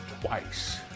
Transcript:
twice